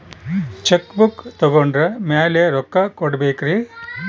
Check book ತೊಗೊಂಡ್ರ ಮ್ಯಾಲೆ ರೊಕ್ಕ ಕೊಡಬೇಕರಿ?